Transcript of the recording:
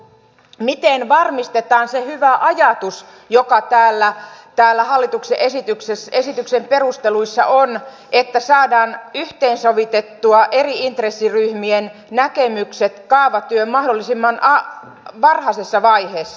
miten varmistetaan se hyvä ajatus joka täällä hallituksen esityksen perusteluissa on että saadaan yhteensovitettua eri intressiryhmien näkemykset kaavatyön mahdollisimman varhaisessa vaiheessa